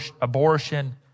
abortion